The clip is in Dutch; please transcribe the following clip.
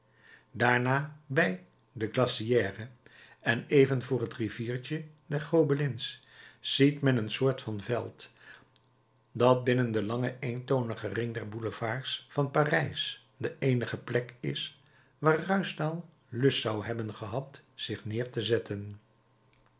daarna bij de glacière en even voor het riviertje der gobelins ziet men een soort van veld dat binnen den langen eentonigen ring der boulevards van parijs de eenige plek is waar ruijsdael lust zou hebben gehad zich neer te zetten